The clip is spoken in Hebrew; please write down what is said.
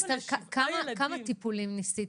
כמה טיפולים ניסית?